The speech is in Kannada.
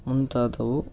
ಮುಂತಾದವು